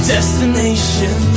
Destination